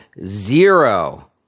zero